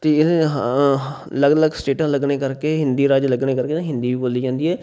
ਅਲੱਗ ਅਲੱਗ ਸਟੇਟਾਂ ਲੱਗਣੇ ਕਰਕੇ ਹਿੰਦੀ ਰਾਜ ਲੱਗਣੇ ਕਰਕੇ ਨਾ ਹਿੰਦੀ ਵੀ ਬੋਲੀ ਜਾਂਦੀ ਹੈ